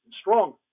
strong